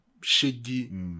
shady